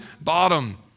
bottom